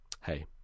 hey